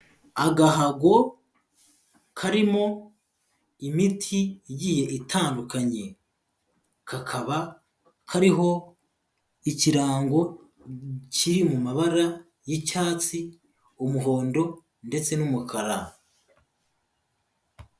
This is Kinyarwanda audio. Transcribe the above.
Agahago karimo imiti igiye itandukanye, kakaba kariho ikirango kiri mu mabara y'icyatsi, umuhondo, ndetse n'umukara.